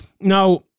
Now